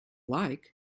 like